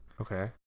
Okay